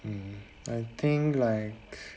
um I think like